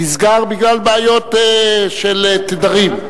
נסגר בגלל בעיות של תדרים,